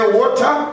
water